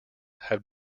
have